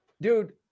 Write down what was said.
Dude